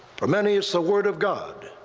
for many, it's the word of god,